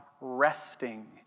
resting